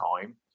time